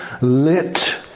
lit